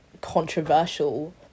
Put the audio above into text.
controversial